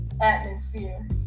atmosphere